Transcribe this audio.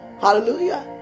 Hallelujah